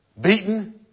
Beaten